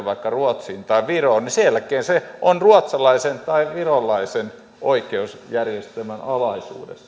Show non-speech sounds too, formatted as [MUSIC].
[UNINTELLIGIBLE] vaikka ruotsiin tai viroon sen jälkeen se on ruotsalaisen tai virolaisen oikeusjärjestelmän alaisuudessa jolloin